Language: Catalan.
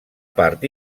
part